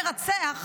מרצח,